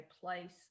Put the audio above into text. place